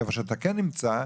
איפה שאתה כן נמצא,